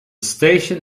station